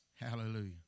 hallelujah